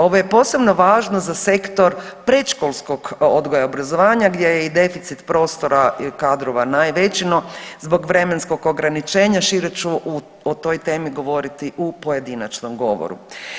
Ovo je posebno važno za sektor predškolskog odgoja i obrazovanja gdje je i deficit prostora i kadrova najveći, no zbog vremenskog ograničenja šire ću o toj temi govoriti u pojedinačnom govoru.